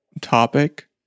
topic